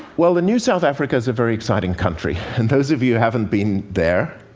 well, the new south africa is a very exciting country. and those of you who haven't been there,